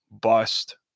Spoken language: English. bust